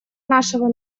нашего